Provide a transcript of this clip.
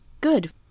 good